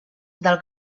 del